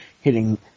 hitting